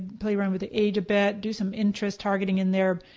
play around with the age a bit. do some interest targeting in there.